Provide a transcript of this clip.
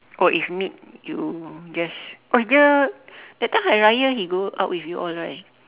oh if meet you just oh dia that time hari-raya he go out with you all right